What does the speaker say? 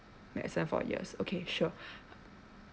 medicine for ears okay sure